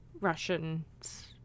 Russians